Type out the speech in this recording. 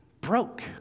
broke